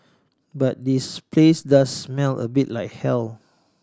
but this place does smell a bit like hell